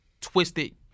twisted